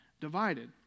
divided